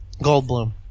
Goldblum